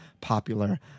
popular